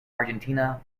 argentina